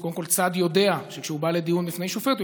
אז קודם כול צד יודע שכשהוא בא לדיון בפני שופט הוא